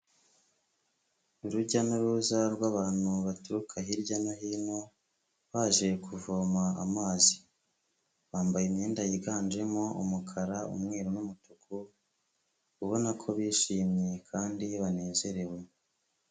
Urujya n'uruza rw'abantu baturuka hirya no hino baje kuvoma amazi, bambaye imyenda yiganjemo umukara, umweru n'umutuku, ubona ko bishimye kandi banezerewe.